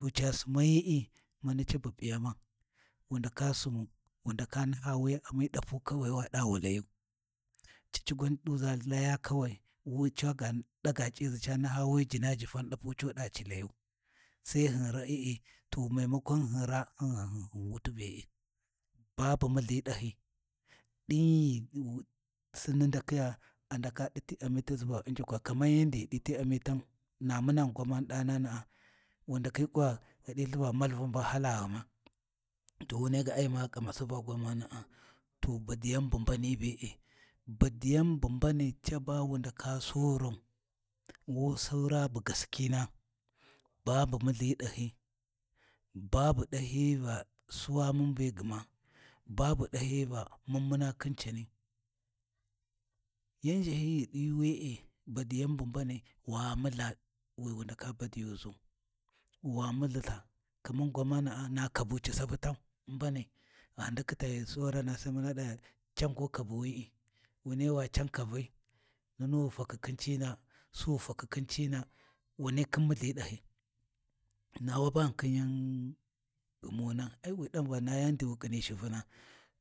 To ca Simayi’i mani cabu P’iyama, wu ndaka Simau, wu ndaka naha wuya Ami d’apu kawai waɗa wu layu, cici gwan dusa laya kawai wi cuga ɗaga c’iʒi cuga naha wi Jina jifan ɗapu cuɗa ci Layi, Sai hin raa’i’i to memakon hin raahin ghan hun wuti be’e. Babu mulhi ɗahyi ɗin ghi sinni ndakhiya a ndaka ɗiti Amitasi Va u'njukwa kaman indi ghi ghu diti Amitan, na munani gwamani ɗanana’ wu ndakhi kuwa, ghi di lthi Va malvun ba halaghuma, to wunai ga ma kamasi ba gwamana’a, to baadiyan bu mbanai be’e. Badiyan bu mbani caba wu ndaka Sorau, Wu sora bu gaskina, babu mulhiɗahi, babu ɗahiyi Va suwa mun be ghuma, babu ɗahiyi Va mun muna khin cani yan ʒhahiyi ghi ɗi wɛe, badiyan bu mbanai wa mulha wi wu ndaka badiyuʒu, wa mulhiltha, kaman gwamana’a kabu ci sapu tan mbanai, gha ndaki ghi ta sorana sai mun ɗaa can gu kabuwi’i, wunai wa can kabai nunu ghi fakhi khin cina, su ghi faki khin cina, wunai khin mulhi ɗahi, na wa bani khin yan ghumuna, ai wi ɗan Va na yandi wu ƙhini Shu Vuna,